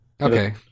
Okay